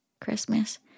Christmas